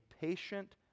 patient